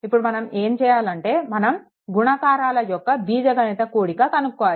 ఇప్పుడు మనం ఏం చేయాలంటే మనం గుణకారాల యొక్క బీజగణిత కూడిక కనుక్కోవాలి